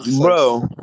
Bro